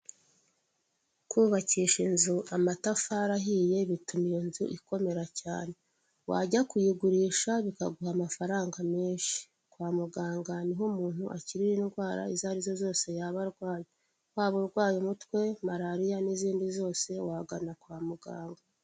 Kubakisha inzu amatafari ahiye, bituma iyo nzu ikomera cyane. Wajya kuyigurisha bikaguha amafaranga menshi. Kwa muganga ni ho umuntu akirira indwara izo ari zo zose yaba arwaye, waba urwaye umutwe, malaria n'izindi zose wagana kwa muganga.